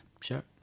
sure